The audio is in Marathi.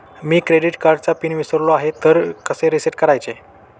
मी क्रेडिट कार्डचा पिन विसरलो आहे तर कसे रीसेट करायचे?